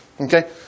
Okay